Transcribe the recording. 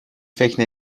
فکر